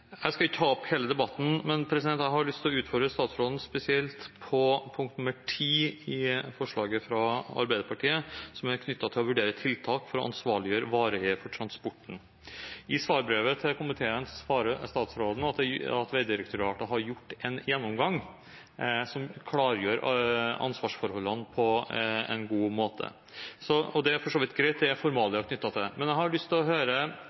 Jeg skal ikke ta opp hele debatten, men jeg har lyst til å utfordre statsråden på spesielt punkt nr. 10 i representantforslaget fra Arbeiderpartiet, om å vurdere tiltak for å ansvarliggjøre vareeier for transporten. I svarbrevet til komiteen svarer statsråden at Vegdirektoratet har gjort en gjennomgang som klargjør ansvarsforholdene på en god måte. Det er for så vidt greit, det er formalia knyttet til det. Men jeg har lyst til å høre